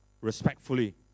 respectfully